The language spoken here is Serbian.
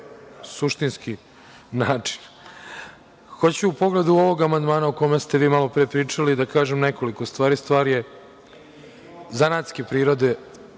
suštinski način. Hoću u pogledu ovog amandmana o kome ste vi malo pre pričali da kažem nekoliko stvari. Stvar je zanatske prirode,